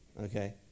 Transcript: Okay